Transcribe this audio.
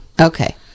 okay